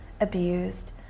abused